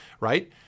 right